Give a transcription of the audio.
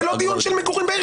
זה לא דיון של מגורים בעיר.